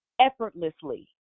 effortlessly